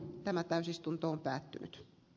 tämä täysistunto päättynyt